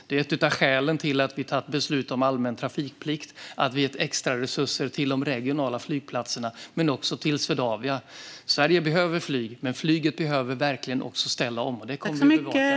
Detta är ett av skälen till att vi fattat beslut om allmän trafikplikt och att vi har gett extra resurser till de regionala flygplatserna, också till Swedavia. Sverige behöver flyg, men flyget behöver verkligen också ställa om. Detta kommer vi att bevaka framöver.